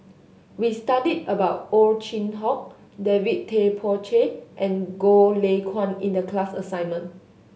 we studied about Ow Chin Hock David Tay Poey Cher and Goh Lay Kuan in the class assignment